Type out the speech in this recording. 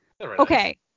Okay